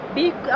big